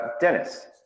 Dennis